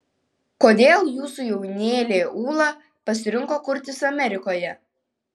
kodėl jūsų jaunėlė ūla pasirinko kurtis amerikoje